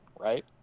right